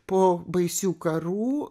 po baisių karų